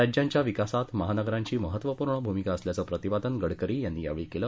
राज्यांच्या विकासात महानगरांची महत्वपूर्ण भूमिका असल्याचं प्रतिपादन गडकरी यांनी यावेळी केलं